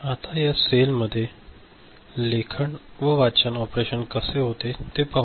आता या सेलमध्ये लेखन व वाचन ऑपरेशन कसे होते ते पाहू